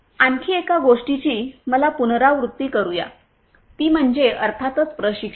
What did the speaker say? आणखी एक गोष्टीची मला पुनरावृत्ती करूया ती म्हणजे अर्थातच प्रशिक्षण